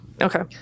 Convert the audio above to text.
Okay